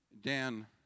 Dan